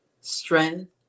strength